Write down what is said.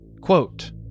Quote